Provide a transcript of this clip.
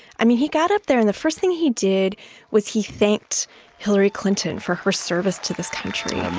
i mean, he got up there and the first thing he did was he thanked hillary clinton for her service to this country um